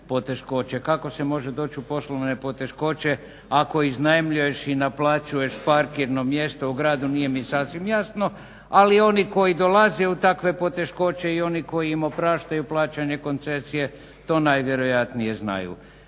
Kako se može doći u poslovne poteškoće ako iznajmljuješ i naplaćuješ parkirno mjesto u gradu nije mi sasvim jasno, ali oni koji dolaze u takve poteškoće i oni koji im opraštaju plaćanje koncesije to najvjerojatnije znaju.